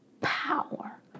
power